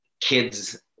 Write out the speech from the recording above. kids